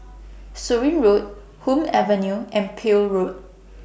Surin Road Hume Avenue and Peel Road